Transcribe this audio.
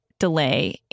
delay